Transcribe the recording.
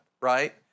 right